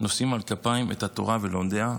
נושאים על כפיים את התורה ולומדיה,